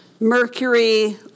Mercury